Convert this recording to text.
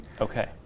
Okay